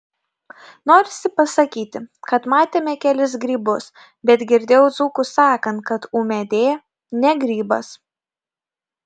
norisi pasakyti kad matėme kelis grybus bet girdėjau dzūkus sakant kad ūmėdė ne grybas